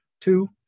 two